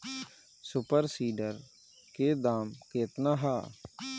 Super seeder के दाम केतना ह?